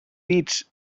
dits